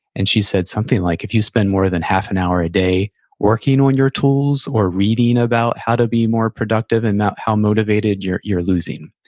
and she said something like, if you spend more than half an hour a day working on your tools, or reading about how to be more productive and not how motivated, you're losing.